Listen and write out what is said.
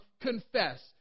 confess